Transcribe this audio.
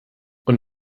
und